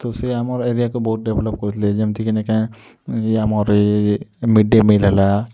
ତ ସେ ଆମର ଏରିଆକୁ ବହୁତ ଡେଭ୍ଲପ୍ କରିଥିଲେ ଯେମିତି ଏନିକା ଏଇ ଆମର ଏ ମିଡ଼୍ଡ଼େ ମିଲ୍ ହେଲା